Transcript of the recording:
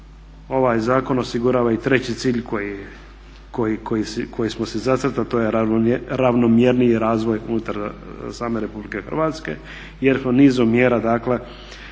ovaj zakon osigurava i treći cilj koji smo si zacrtali, a to je ravnomjerniji razvoj unutar same RH jer smo nizom mjera